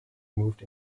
moved